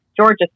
Georgia